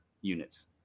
units